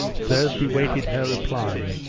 thursday waited her reply.